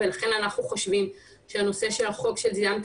ולכן אנחנו חושבים שהנושא של החוק של זיהמת